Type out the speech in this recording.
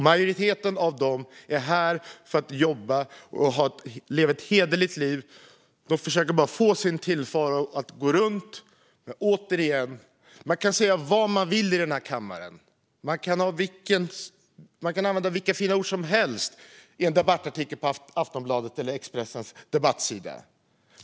De flesta av dem är här för att jobba och leva ett hederligt liv. De försöker bara att få sin tillvaro att gå runt. Man kan säga vad man vill i denna kammare, och man kan använda hur fina ord som helst i en artikel på Aftonbladets eller Expressens debattsida.